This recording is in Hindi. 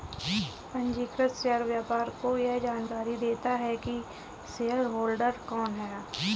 पंजीकृत शेयर व्यापार को यह जानकरी देता है की शेयरहोल्डर कौन है